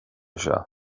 seo